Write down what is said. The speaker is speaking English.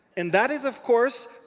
and that is, of course,